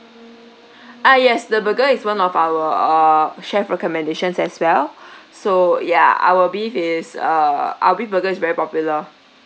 ah yes the burger is one of our err chef recommendations as well so ya our beef is err our beef burger is very popular